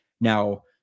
Now